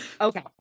Okay